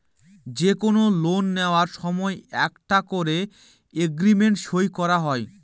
যে কোনো লোন নেওয়ার সময় একটা করে এগ্রিমেন্ট সই করা হয়